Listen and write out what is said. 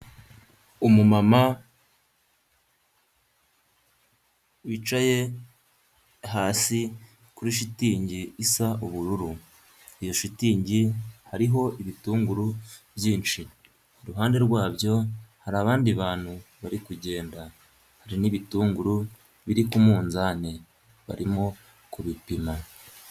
Umu mama wicaye hasi kuri shitingi isa ubururu. Iyo shitingi hariho ibitunguru byinshi, iruhande rwabyo hari abandi bantu bari kugenda hari n'ibitunguru biri ku munzani, barimo kubipima.